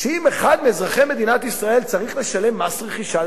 שאם אחד מאזרחי מדינת ישראל צריך לשלם מס רכישה,